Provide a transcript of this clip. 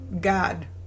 God